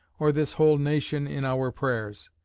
or this whole nation, in our prayers.